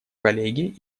коллеге